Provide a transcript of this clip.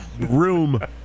room